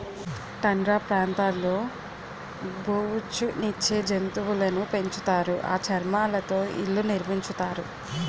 tundra ప్రాంతాల్లో బొఉచ్చు నిచ్చే జంతువులును పెంచుతారు ఆ చర్మాలతో ఇళ్లు నిర్మించుతారు